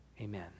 amen